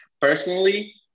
personally